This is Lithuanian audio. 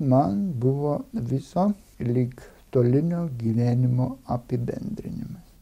man buvo viso lyg tolinio gyvenimo apibendrinimai